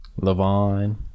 LeVon